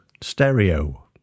stereo